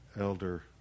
elder